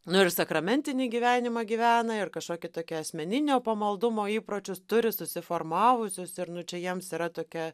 nu ir sakramentinį gyvenimą gyvena ir kažkokį tokį asmeninio pamaldumo įpročius turi susiformavusius ir nu čia jiems yra tokia